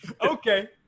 Okay